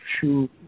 shoe